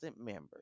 members